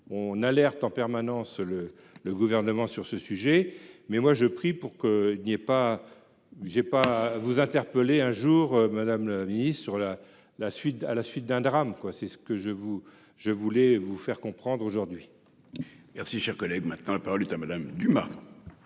on alerte en permanence le le gouvernement sur ce sujet mais moi je prie pour qu'il n'y ait pas j'ai pas vous interpeller un jour madame la mise sur la la suite à la suite d'un drame quoi c'est ce que je vous, je voulais vous faire comprendre aujourd'hui. Merci cher collègue. Maintenant, la parole est à madame Dumas.--